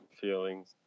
feelings